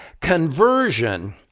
Conversion